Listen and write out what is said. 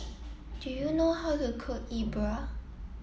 do you know how to cook Yi Bua